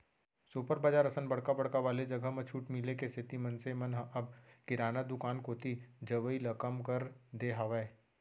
super बजार असन बड़का बड़का वाले जघा म छूट मिले के सेती मनसे मन ह अब किराना दुकान कोती जवई ल कम कर दे हावय